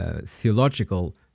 theological